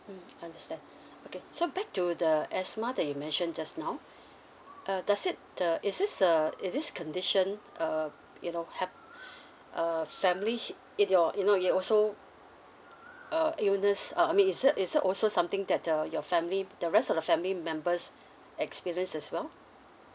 mm understand okay so back to the asthma that you mentioned just now uh does it the is this uh is this condition uh you know hap~ uh family hi~ it your you know it also uh illness uh I mean is it is it also something that uh your family the rest of the family members experience as well